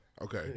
Okay